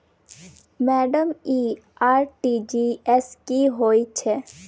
Madam इ RTGS की होइ छैय?